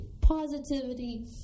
positivity